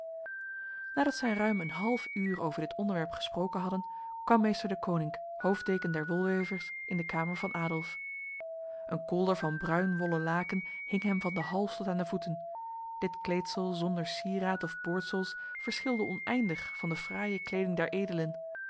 nadat zij ruim een half uur over dit onderwerp gesproken hadden kwam meester deconinck hoofddeken der wolwevers in de kamer van adolf een kolder van bruin wollen laken hing hem van de hals tot aan de voeten dit kleedsel zonder sieraad of boordsels verschilde oneindig van de fraaie kleding der edelen